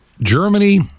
Germany